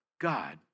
God